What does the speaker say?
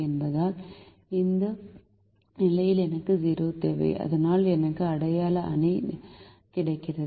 என்பதால் இந்த நிலையில் எனக்கு 0 தேவை அதனால் எனக்கு அடையாள அணி கிடைக்கிறது